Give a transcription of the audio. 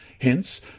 Hence